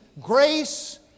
grace